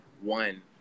one